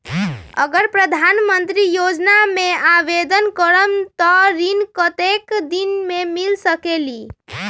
अगर प्रधानमंत्री योजना में आवेदन करम त ऋण कतेक दिन मे मिल सकेली?